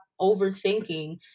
overthinking